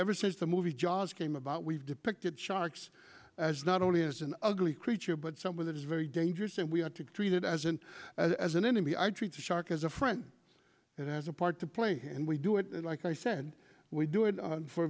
ever since the movie jaws came about we've depicted sharks as not only as an ugly creature but someone that is very dangerous and we have to treat it as a as an enemy i treat a shark as a friend and as a part to play and we do it like i said we do it for